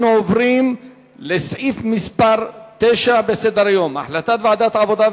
אנחנו עוברים לסעיף מס' 9 בסדר-היום: החלטת ועדת העבודה,